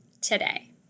today